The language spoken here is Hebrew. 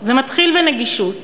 זה מתחיל בנגישות,